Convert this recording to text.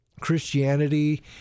Christianity